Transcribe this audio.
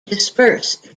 disperse